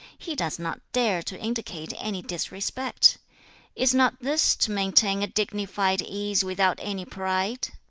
he does not dare to indicate any disrespect is not this to maintain a dignified ease without any pride?